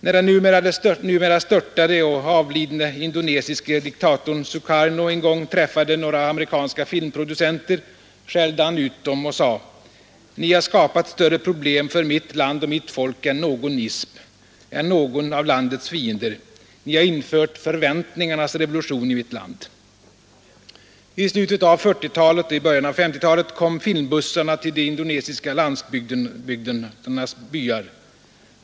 När den numera störtade och avlidne indonesiske diktatorn Sukarno en gång träffade några amerikanska filmproducenter, skällde han ut dem och sade: ”Ni har skapat större problem för mitt land och mitt folk än någon ism, än någon av landets fiender. Ni har infört förväntningarnas revolution i mitt land.” I slutet av 1940-talet och i början av 1950-talet kom filmbussarna till den indonesiska landsbygden.